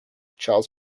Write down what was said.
charles